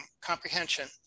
comprehension